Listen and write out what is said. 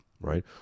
right